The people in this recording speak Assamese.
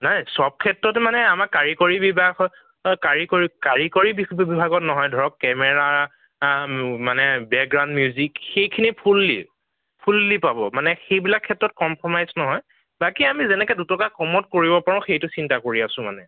নাই চব ক্ষেত্ৰতে মানে আমাৰ কাৰিকৰী বিভাগত কাৰিকৰী কাৰিকৰী বিভাগত নহয় ধৰক কেমেৰা মানে বেকগ্ৰাউণ্ড মিউজিক সেইখিনি ফুললী ফুললী পাব মানে সেইবিলাক ক্ষেত্ৰত কম্প্ৰমাইজ নহয় বাকী আমি যেনেকে দুটকা কমত কৰিব পাৰোঁ সেইটো চিন্তা কৰি আছোঁ মানে